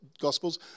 Gospels